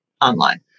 online